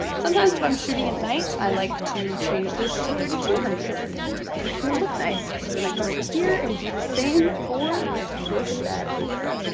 sometimes if i'm shooting at night, i like to change this to three thousand two hundred just cause it can look nice. so then i come over here and do the same for this bad boy.